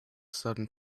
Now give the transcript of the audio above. sudden